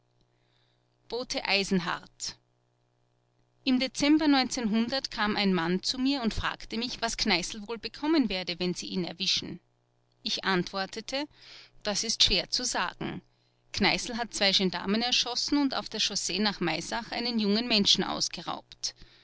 bote eisenhardt im dezember kam ein mann zu mir und fragte mich was kneißl wohl bekommen werde wenn sie ihn erwischen ich antwortete das ist schwer zu sagen kneißl hat zwei gendarmen erschossen und auf der chaussee nach maisach einen jungen menschen ausgeraubt